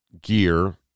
gear